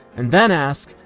and then ask,